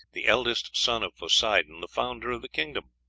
the eldest son of poseidon, the founder of the kingdom.